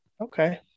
Okay